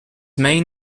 main